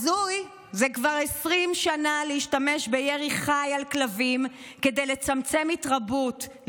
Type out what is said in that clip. הזוי שזה כבר 20 שנה להשתמש בירי חי על כלבים כדי לצמצם התרבות,